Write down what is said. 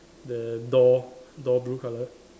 the door door blue colour